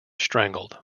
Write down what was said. strangled